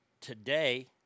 today